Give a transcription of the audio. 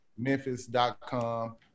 memphis.com